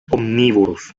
omnívoros